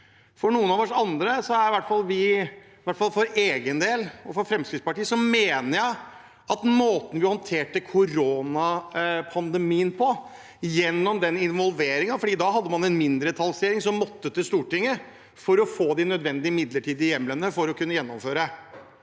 og Fremskrittspartiet, mener at man håndterte koronapandemien gjennom involvering, for da hadde man en mindretallsregjering som måtte til Stortinget for å få de nødvendige, midlertidige hjemlene for å kunne gjennomføre